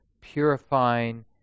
purifying